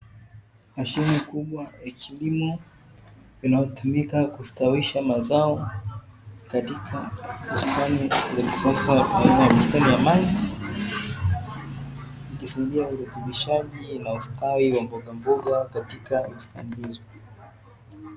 Mashine kubwa ya kilimo, inayotumika kustawisha mazao katika shamba la kisasa la aina ya bustani ya maji, ikisimamia urutubishaji na ustawi wa mbogamboga katika bustani hizo.